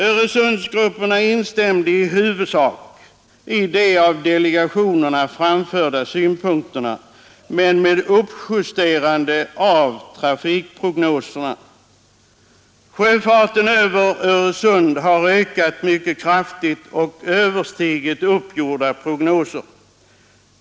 Öresundsgrupperna instämde i huvudsak i de av delegationerna framförda synpunkterna men med uppjusterande av prognoserna. Sjöfarten över Öresund har emellertid ökat mycket kraftigt och överstigit uppgjorda prognoser.